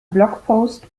blogpost